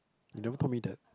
you never told me that